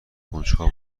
کنجکاو